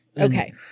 Okay